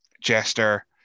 Jester